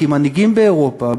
כי מנהיגים באירופה,